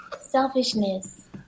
Selfishness